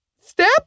step